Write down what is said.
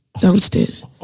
downstairs